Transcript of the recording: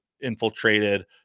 infiltrated